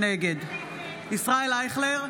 נגד ישראל אייכלר,